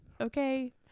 okay